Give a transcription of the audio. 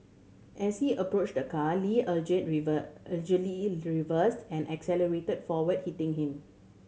as he approached the car Lee reversed and accelerated forward hitting him